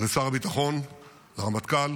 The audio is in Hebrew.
לשר הביטחון ולרמטכ"ל,